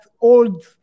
old